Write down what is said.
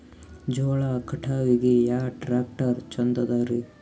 ಜೋಳ ಕಟಾವಿಗಿ ಯಾ ಟ್ಯ್ರಾಕ್ಟರ ಛಂದದರಿ?